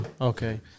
okay